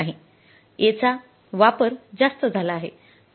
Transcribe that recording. A चा वापर जास्त झाला आहे